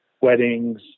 weddings